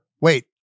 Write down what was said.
Wait